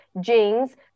jeans